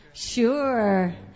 Sure